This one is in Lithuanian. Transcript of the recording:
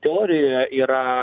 teorijoje yra